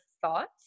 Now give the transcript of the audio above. thoughts